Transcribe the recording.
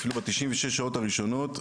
אפילו ב-96 שעות הראשונות,